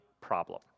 problem